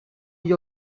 gli